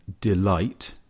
delight